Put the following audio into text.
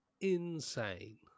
insane